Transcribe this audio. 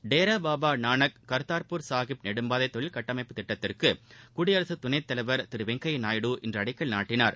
டேரா பாபா நானக் கர்தா்பூர் சாஹிப் நெடும்பாதை தொழிற்கட்டமைப்பு திட்டத்திற்கு குடியரசுத் துணைத் தலைவர் திரு வெங்கையா நாயுடு இன்று அடிக்கல் நாட்டினார்